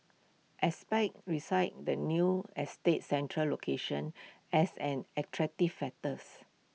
experts recited the new estate's central location as an attractive factors